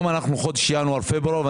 בחודשים ינואר ופברואר השנה,